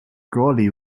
golly